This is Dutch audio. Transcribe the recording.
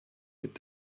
met